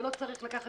ולא צריך לקחת